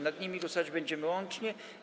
Nad nimi głosować będziemy łącznie.